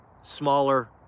smaller